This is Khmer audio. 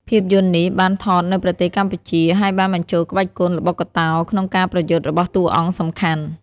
ភាពយន្តនេះបានថតនៅប្រទេសកម្ពុជា ហើយបានបញ្ចូលក្បាច់គុនល្បុក្កតោក្នុងការប្រយុទ្ធរបស់តួអង្គសំខាន់។